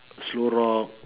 slow rock